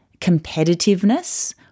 Competitiveness